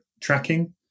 tracking